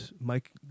Mike